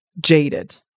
jaded